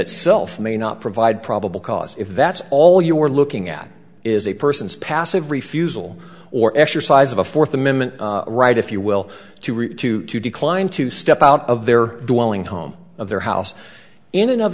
itself may not provide probable cause if that's all you are looking at is a person's passive refusal or exercise of a fourth amendment right if you will to read to to decline to step out of their home of their house in and of